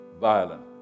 violent